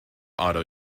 auto